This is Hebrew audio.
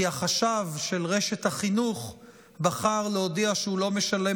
כי החשב של רשת החינוך בחר להודיע שהוא לא משלם